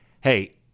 hey